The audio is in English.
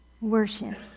worship